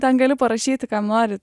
ten gali parašyti kam nori